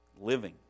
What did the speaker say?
living